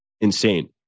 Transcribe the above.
insane